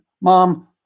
Mom